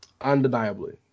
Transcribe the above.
Undeniably